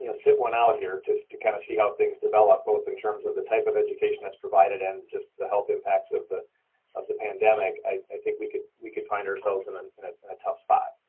you know sit one out here, just to kind of see how things develop, both in terms of the type of education that's provided, and just the health impacts of the of the pandemic, i think we could we could find ourselves in and in a tough spot.